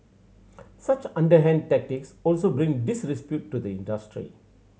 such underhand tactics also bring disrepute to the industry